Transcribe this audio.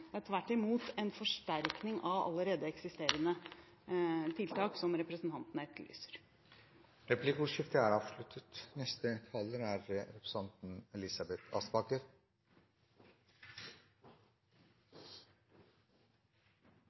Det er tvert imot en forsterkning av allerede eksisterende tiltak som representantene etterlyser. Replikkordskiftet er